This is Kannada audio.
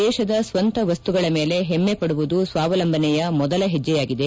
ದೇಶದ ಸ್ಸಂತ ವಸ್ತುಗಳ ಮೇಲೆ ಹೆಮ್ಮೆ ಪಡುವುದು ಸ್ಲಾವಲಂಬನೆಯ ಮೊದಲ ಹೆಜ್ನೆಯಾಗಿದೆ